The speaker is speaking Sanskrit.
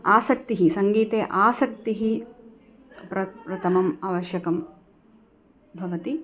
आसक्तिः सङ्गीते आसक्तिः पप्रथमम् आवश्यकं भवति